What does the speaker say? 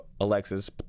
alexis